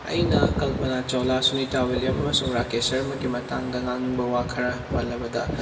ꯑꯩꯅ ꯀꯜꯄꯅꯥ ꯆꯥꯎꯂꯥ ꯁꯨꯅꯤꯇꯥ ꯋꯤꯂꯤꯌꯝ ꯑꯃꯁꯨꯡ ꯔꯥꯀꯦꯁ ꯁꯔꯃꯥꯒꯤ ꯃꯇꯥꯡꯗ ꯉꯥꯡꯅꯤꯡꯕ ꯋꯥ ꯈꯔ ꯄꯜꯂꯕꯗ